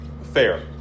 fair